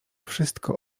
wszystko